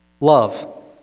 Love